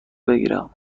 بگیرم